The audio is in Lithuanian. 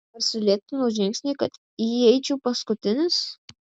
aš sulėtinau žingsnį kad įeičiau paskutinis